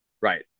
right